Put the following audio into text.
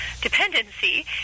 dependency